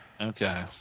Okay